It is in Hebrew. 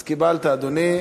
אז קיבלת, אדוני.